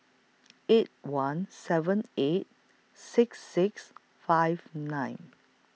eight one seven eight six six five nine